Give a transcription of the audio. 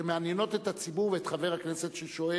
שמעניינות את הציבור ואת חבר הכנסת ששואל,